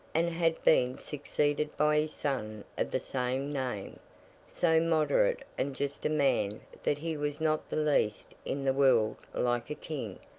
and had been succeeded by his son of the same name so moderate and just a man that he was not the least in the world like a king,